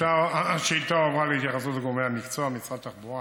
השאילתה הועברה להתייחסות גורמי המקצוע במשרד התחבורה,